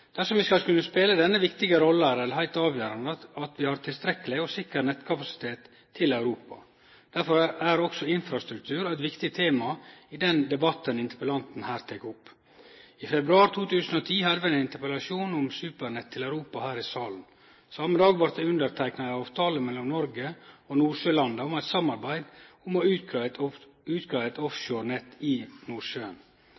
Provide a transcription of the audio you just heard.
Dersom vi skal kunne spele denne viktige rolla, er det heilt avgjerande at vi har tilstrekkeleg og sikker nettkapasitet til Europa. Derfor er også infrastruktur eit viktig tema i den debatten interpellanten her tek opp. I februar 2010 hadde vi ein interpellasjon om «supernett» til Europa her i salen. Same dag vart det underteikna ei avtale mellom Noreg og nordsjølanda om eit samarbeid om å greie ut eit